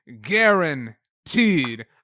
guaranteed